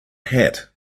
hat